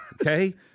okay